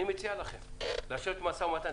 אני מציע לכם לשבת במשא ומתן.